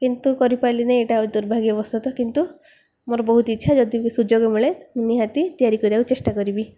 କିନ୍ତୁ କରିପାରିଲି ନାହିଁ ଏଟା ଆଉ ଦୁର୍ଭାଗ୍ୟବଶତଃ କିନ୍ତୁ ମୋର ବହୁତ ଇଚ୍ଛା ଯଦି ସୁଯୋଗ ମିଳେ ମୁଁ ନିହାତି ତିଆରି କରିବାକୁ ଚେଷ୍ଟା କରିବି